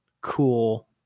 cool